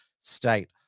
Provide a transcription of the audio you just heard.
state